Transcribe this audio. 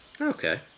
Okay